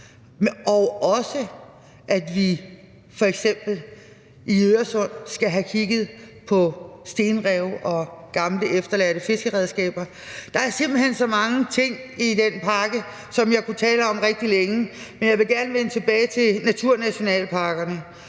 og også, at vi, f.eks. i Øresund, skal have kigget på stenrev og gamle efterladte fiskeredskaber. Der er simpelt hen så mange ting i den pakke, som jeg kunne tale om rigtig længe, men jeg vil gerne vende tilbage til naturnationalparkerne,